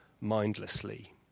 mindlessly